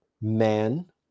man